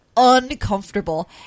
uncomfortable